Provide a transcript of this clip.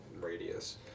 radius